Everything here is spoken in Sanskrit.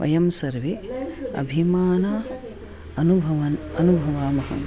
वयं सर्वे अभिमानम् अनुभवन् अनुभवामः